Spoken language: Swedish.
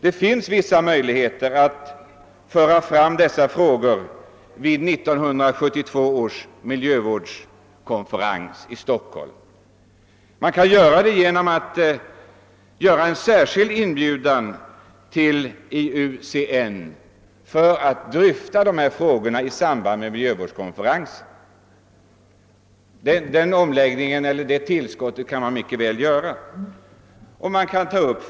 Det finns vissa möjligheter att föra fram dessa frågor vid 1972 års miljövårdskonferens i Stockholm. Man kan göra det genom att rikta en särskild inbjudan till IUCN att dryfta dessa frågor i samband med naturvårdskonferensen. Man kan mycket väl göra detta Ett system att motverka skadeverkningarna av viss reklam tillägg till dess program.